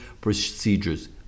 procedures